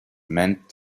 meant